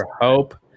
hope